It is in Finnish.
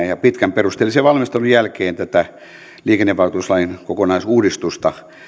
ja perusteellisen valmistelun jälkeen tämä liikennevakuutuslain kokonaisuudistus